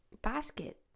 Basket